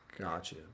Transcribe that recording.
Gotcha